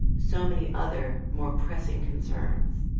so many other more pressing concerns.